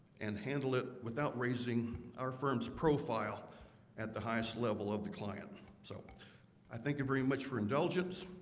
and handle it without raising our firms profile at the highest level of the client so i think you very much for indulgence.